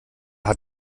hat